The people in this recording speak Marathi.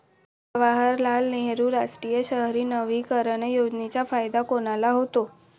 जवाहरलाल नेहरू राष्ट्रीय शहरी नवीकरण योजनेचा फायदा कोणाला होतो?